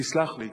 תסלח לי,